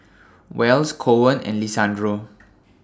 Wells Koen and Lisandro